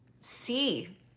see